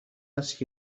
است